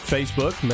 Facebook